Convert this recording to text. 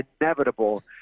inevitable